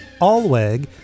Allweg